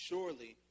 Surely